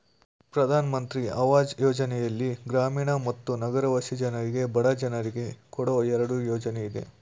ಪ್ರಧಾನ್ ಮಂತ್ರಿ ಅವಾಜ್ ಯೋಜನೆಯಲ್ಲಿ ಗ್ರಾಮೀಣ ಮತ್ತು ನಗರವಾಸಿ ಜನರಿಗೆ ಬಡ ಜನರಿಗೆ ಕೊಡೋ ಎರಡು ಯೋಜನೆ ಇದೆ